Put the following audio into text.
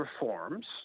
reforms